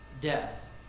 death